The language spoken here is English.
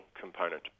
component